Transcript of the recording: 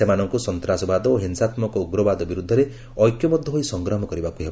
ସେମାନଙ୍କୁ ସନ୍ତାସବାଦ ଓ ହିଂସାତ୍ମକ ଉଗ୍ରବାଦ ବିରୁଦ୍ଧରେ ଐକ୍ୟବଦ୍ଧ ହୋଇ ସଂଗ୍ରାମ କରିବାକୁ ହେବ